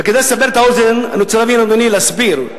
וכדי לסבר את האוזן, אדוני, אני רוצה להסביר: